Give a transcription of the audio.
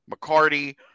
McCarty